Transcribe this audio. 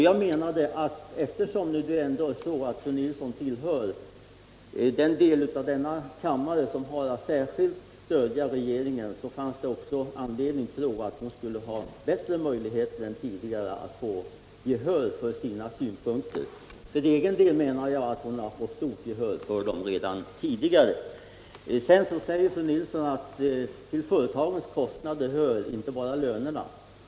Jag menade att eftersom fru Nilsson tillhör den del av denna kammare som har att särskilt stödja regeringen så finns det anledning tro att hon nu har bättre möjligheter än tidigare att få gehör för sina synpunkter. För egen del anser jag att hon har fått stort gehör för dem redan tidigare. Fru Nilsson sade att till företagens kostnader hör inte bara lönerna.